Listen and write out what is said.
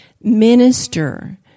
minister